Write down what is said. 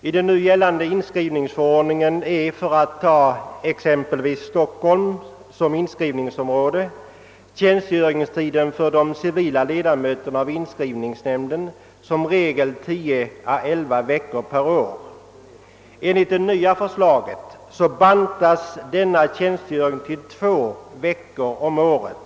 I den nu gällande inskrivningsförordningen är för exempelvis Stockholms inskrivningsområde tjänstgöringstiden för de civila ledamöterna av inskrivningsnämnden som regel 10 å 11 veckor per år. Enligt det nya förslaget bantas denna tjänstgöringstid ned till två veckor om året.